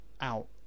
out